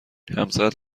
همسرت